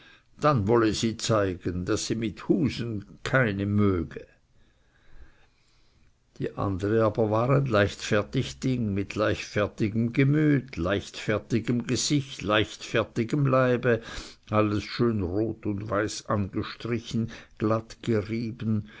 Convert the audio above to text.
dann wolle sie zeigen daß mit husen sie keine möge die andere aber war ein leichtfertig ding mit leichtfertigem gemüt leichtfertigem gesicht leichtfertigem leibe alles schön rot und weiß angestrichen glatt gerieben